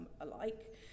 alike